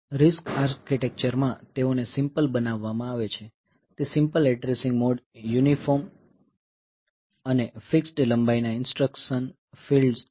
RISC architecture માં તેઓને simple બનાવવામાં આવે છે તે સીમ્પલ એડ્રેસિંગ મોડ યુનિફોર્મ અને ફિક્સ્ડ લંબાઈ ના ઇન્સટ્રકશન ફીલ્ડ્સ છે